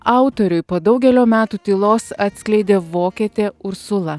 autoriui po daugelio metų tylos atskleidė vokietė ursula